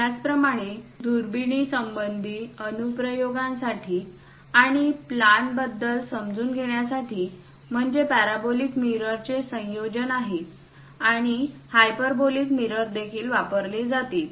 त्याचप्रमाणे दुर्बिणीसंबंधी अनुप्रयोगांसाठी आणि प्लानबद्दल समजून घेण्यासाठी म्हणजे पॅराबोलिक मिररचे संयोजन आहे आणि हायपरबोलिक मिरर देखील वापरले जातील